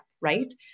right